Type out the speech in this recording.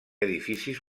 edificis